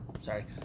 sorry